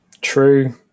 True